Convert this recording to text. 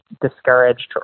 discouraged